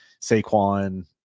Saquon